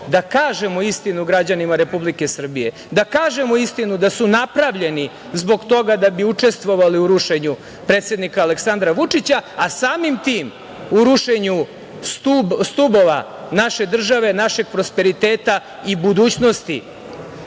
da kažemo istinu građanima Republike Srbije, da kažemo istinu da su napravljeni zbog toga da bi učestvovali u rušenju predsednika Aleksandra Vučića, a samim tim u rušenju stubova naše države, našeg prosperiteta i budućnosti